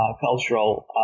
cultural